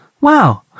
wow